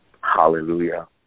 Hallelujah